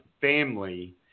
family